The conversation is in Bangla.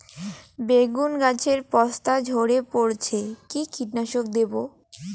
বেগুন গাছের পস্তা ঝরে পড়ছে কি কীটনাশক দেব?